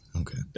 okay